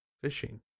fishing